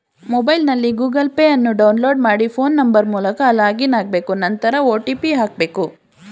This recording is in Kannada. ಮೊಬೈಲ್ನಲ್ಲಿ ಗೂಗಲ್ ಪೇ ಅನ್ನು ಡೌನ್ಲೋಡ್ ಮಾಡಿ ಫೋನ್ ನಂಬರ್ ಮೂಲಕ ಲಾಗಿನ್ ಆಗ್ಬೇಕು ನಂತರ ಒ.ಟಿ.ಪಿ ಹಾಕ್ಬೇಕು